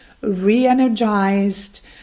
re-energized